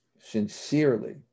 sincerely